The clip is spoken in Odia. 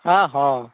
ହଁ ହଁ